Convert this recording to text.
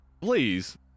please